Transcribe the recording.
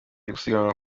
gusiganwa